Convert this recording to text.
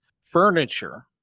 Furniture